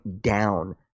down